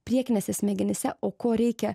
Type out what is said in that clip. priekinėse smegenyse o ko reikia